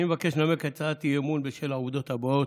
אני מבקש לנמק את הצעת האי-אמון בשל העובדות הבאות,